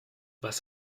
was